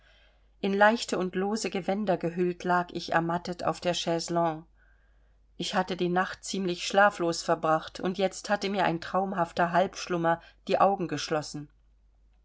in leichte und lose gewänder gehüllt lag ich ermattet auf der chaiselongue ich hatte die nacht ziemlich schlaflos verbracht und jetzt hatte mir ein traumhafter halbschlummer die augen geschlossen